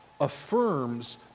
affirms